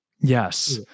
Yes